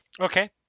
Okay